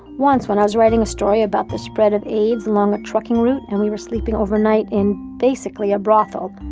once, when i was writing a story about the spread of aids along a trucking route, and we were sleeping overnight in, basically, a brothel,